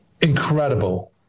incredible